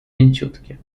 mięciutkie